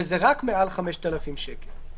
וזה רק מעל 5,000 שקל.